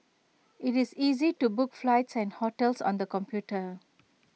IT is easy to book flights and hotels on the computer